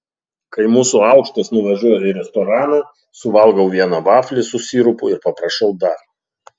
kai mūsų aukštas nuvažiuoja į restoraną suvalgau vieną vaflį su sirupu ir paprašau dar